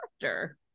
character